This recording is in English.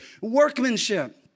workmanship